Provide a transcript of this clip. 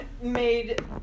made